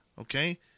okay